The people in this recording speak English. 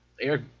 Eric